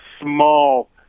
small